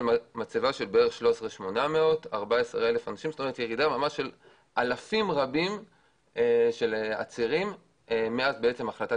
מצבה של 13,800 כלומר ירידה של אלפים רבים של עצירים מאז החלטת